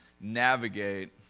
navigate